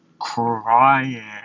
crying